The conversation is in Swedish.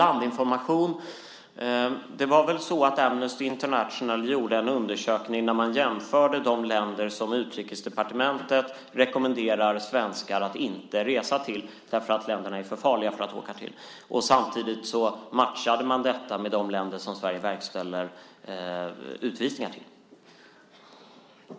Amnesty International gjorde väl en undersökning där man jämförde de länder som Utrikesdepartementet avrådde svenskar från att resa till för att det är för farligt med de länder som Sverige verkställer utvisningar till.